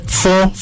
four